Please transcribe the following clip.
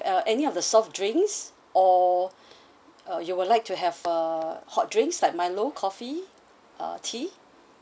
uh any of the soft drinks or uh you would like to have uh hot drinks like milo coffee uh tea